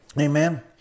Amen